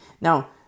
now